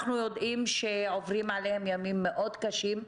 אנחנו יודעים שעוברים עליהם ימים מאוד קשים.